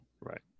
right